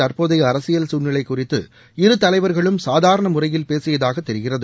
தற்போதைய அரசியல் சூழ்நிலை குறித்து இரு தலைவர்களும் சாதாரண முறையில் பேசியதாக தெரிகிறது